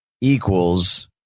equals